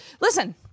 Listen